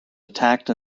attacked